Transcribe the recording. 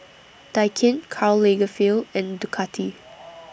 Daikin Karl Lagerfeld and Ducati